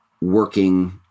working